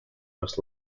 most